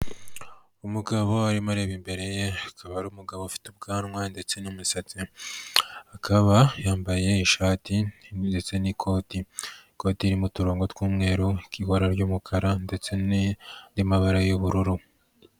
Umugabo arimo areba imbere ye akaba ari umugabo ufite ubwanwa ndetse n'imisatsi, akaba yambaye ishati ndetse n'ikoti, ikoti ririmo uturongo tw'umweru n'ibara ry'umukara, ndetse n'andi mabara y'ubururu.